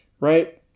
right